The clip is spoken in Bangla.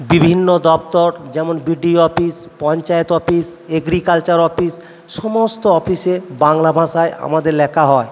বিভিন্ন দপ্তর যেমন B D O office panchayat office agriculture office সমস্ত অফিসে বাংলা ভাষায় আমাদের লেখা হয়